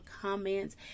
comments